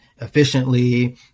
efficiently